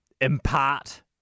impart